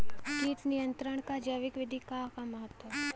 कीट नियंत्रण क जैविक विधि क का महत्व ह?